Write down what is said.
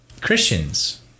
Christians